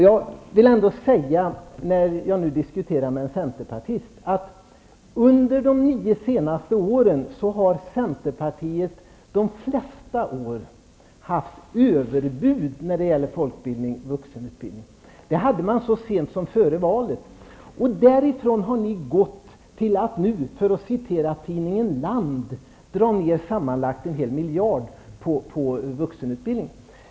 Jag vill ändå säga, när jag nu diskuterar med en centerpartist, att under de nio senaste åren har centerpartiet de flesta år kommit med överbud när det gäller folkbildning och vuxenutbildning. Det gjorde man så sent som före senaste valet. Därifrån har ni gått till att nu, för att citera tidningen Land, dra ner sammanlagt en hel miljard på vuxenutbildningen.